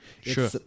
sure